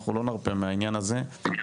אנחנו לא נרפה מהעניין הזה.